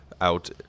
out